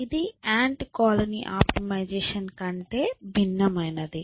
ఇది ant colony optimisation కంటే భిన్నమైనది